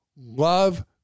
love